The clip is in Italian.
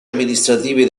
amministrativi